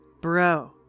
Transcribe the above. Bro